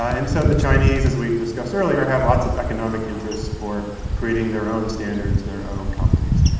and so the chinese, as we discussed earlier, have lots of economic interests for creating their own standards, their own companies.